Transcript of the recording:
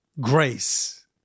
grace